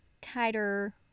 tighter